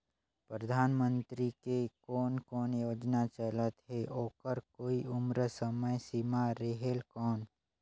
परधानमंतरी के कोन कोन योजना चलत हे ओकर कोई उम्र समय सीमा रेहेल कौन?